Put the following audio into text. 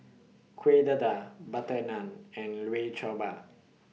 Kuih Dadar Butter Naan and Bao